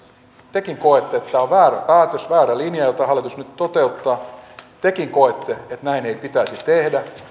tekin koette että tämä on väärä päätös väärä linja jota hallitus nyt toteuttaa tekin koette että näin ei pitäisi tehdä